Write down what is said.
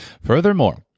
Furthermore